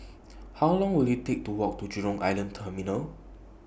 How Long Will IT Take to Walk to Jurong Island Terminal